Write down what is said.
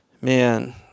man